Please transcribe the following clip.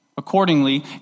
Accordingly